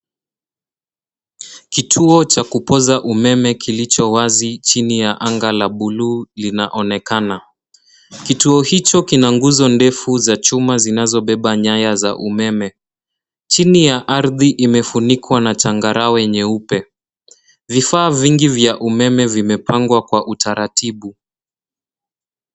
Kituo cha kupoza umeme kilicho wazi chini ya anga la buluu linaonekana. Kituo hicho kina nguzo ndefu za chuma, zinazobeba nyaya za umeme. Chini ya ardhi imefunikwa na changarawe nyeupe. Vifaa vya umeme vimepangwa kwa utaratibu.